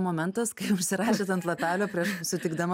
momentas kai užsirašėt ant lapelio prieš sutikdama